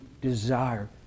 desire